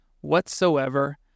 whatsoever